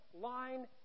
line